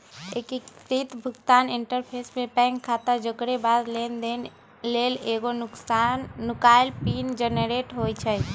एकीकृत भुगतान इंटरफ़ेस में बैंक खता जोरेके बाद लेनदेन लेल एगो नुकाएल पिन जनरेट होइ छइ